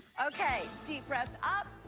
okay, deep breath up.